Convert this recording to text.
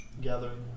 gathering